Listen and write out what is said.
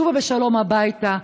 שובו בשלום הביתה,